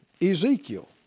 Ezekiel